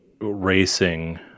racing